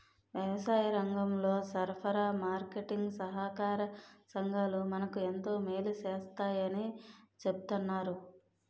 వ్యవసాయరంగంలో సరఫరా, మార్కెటీంగ్ సహాకార సంఘాలు మనకు ఎంతో మేలు సేస్తాయని చెప్తన్నారు